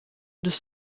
deux